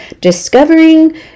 discovering